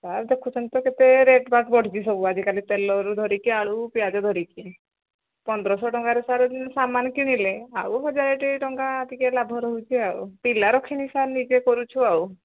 sir ଦେଖୁଛନ୍ତି ତ କେତେ ରେଟ୍ ବାଟ୍ ବଢ଼ୁଛି ସବୁ ଆଜି କାଲି ତେଲରୁ ଧରିକି ଆଲୁ ପିଆଜ ଧରିକିରି ପନ୍ଦର ଶହ ଟଙ୍କାରେ ସାର୍ ସାମାନ୍ କିଣିଲେ ଆଉ ହଜାରେଟି ଟଙ୍କା ଟିକେ ଲାଭ ରହୁଛି ଆଉ ପିଲା ରଖିନି ସାର୍ ନିଜେ କରୁଛୁ ଆଉ